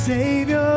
Savior